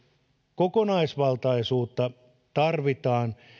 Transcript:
kokonaisvaltaisuutta tarvitaan